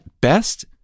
best